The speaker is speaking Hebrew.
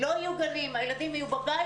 לא יהיו גנים, הילדים יהיו בבית?